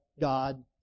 God